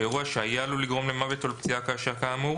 או אירוע שהיה עלול לגרום למוות או לפציעה קשה כאמור,